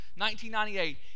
1998